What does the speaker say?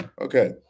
Okay